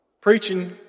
Preaching